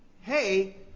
hey